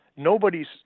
Nobody's